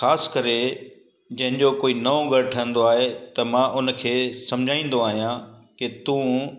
ख़ासि करे जंहिंजो को नओं घर ठहींदो आहे त मां हुनखे समुझाईंदो आहियां कि तूं